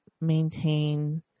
maintain